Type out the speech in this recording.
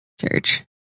Church